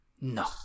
No